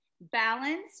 Balance